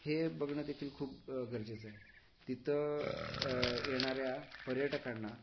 हे बघणं देखील खूप गरजेचं आहे तिथं येणाऱ्या पर्यटकांना